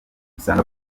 usanga